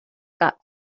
got